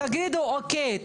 תגידו אוקיי,